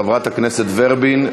חברת הכנסת ורבין,